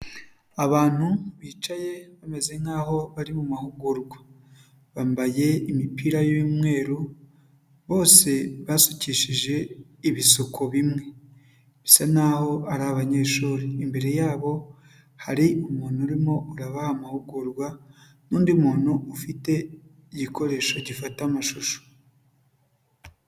Abantu bicaye bameze nk'aho bari mu mahugurwa bambaye imipira y'umweru bose basukishije ibisuko bimwe bisa naho ari abanyeshuri, imbere yabo hari umuntu urimo urabaha amahugurwa n'undi muntu ufite igikoresho gifata amashusho.